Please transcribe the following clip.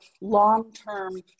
long-term